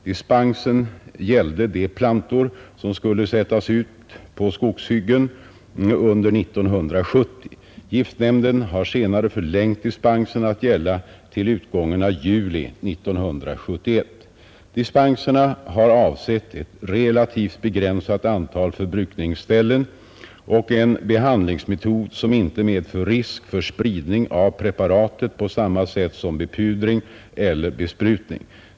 Dispensen gällde de plantor som skulle sättas ut på skogshyggen under 1970. Giftnämnden har senare förlängt dispensen att gälla till utgången av juli 1971. Dispenserna har avsett ett relativt begränsat antal förbrukningsställen och en behandlingsmetod som inte medför risk för spridning av preparatet på samma sätt som bepudring eller besprutning.